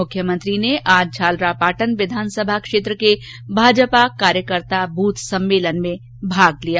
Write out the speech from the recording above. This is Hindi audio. मुख्यमंत्री ने आज झालरापाटन विधानसभा क्षेत्र के भाजपा कार्यकर्ता बूथ सम्मेलन में भाग लिया